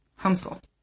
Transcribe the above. homeschool